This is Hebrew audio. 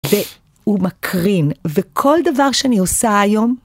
והוא מקרין, וכל דבר שאני עושה היום,